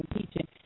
teaching